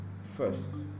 first